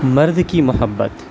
مرد کی محبت